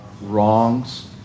wrongs